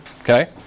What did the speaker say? Okay